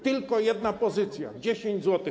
Tylko jedna pozycja - 10 zł.